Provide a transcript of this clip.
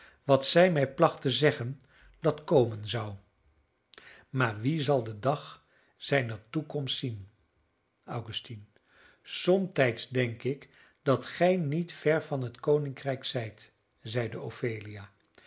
wat zij mij placht te zeggen dat komen zou maar wie zal den dag zijner toekomst zien augustine somtijds denk ik dat gij niet ver van het koninkrijk zijt zeide ophelia